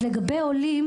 לגבי עולים,